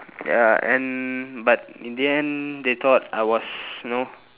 ya and but in the end they thought I was you know